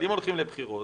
אבל אם הולכים לבחירות,